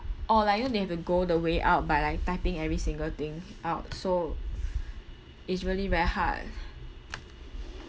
or like you know they have to go the way out by like typing every single thing out so it's really very hard